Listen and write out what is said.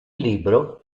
libro